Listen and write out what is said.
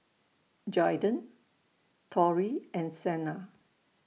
Jaiden Torrie and Sena